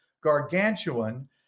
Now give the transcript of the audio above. gargantuan